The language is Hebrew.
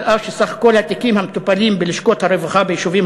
על אף שסך כל התיקים המטופלים בלשכות הרווחה ביישובים